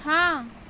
ہاں